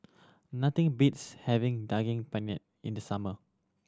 nothing beats having Daging Penyet in the summer